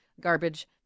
garbage